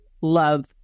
love